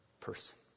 person